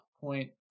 point